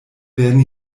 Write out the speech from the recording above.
werden